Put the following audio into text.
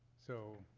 so